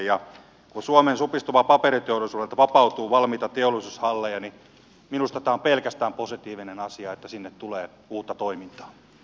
kun suomen supistuvalta paperiteollisuudelta vapautuu valmiita teollisuushalleja niin minusta tämä on pelkästään positiivinen asia että sinne tulee uutta toimintaa